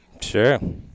Sure